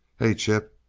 hey, chip!